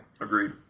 Agreed